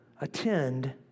Attend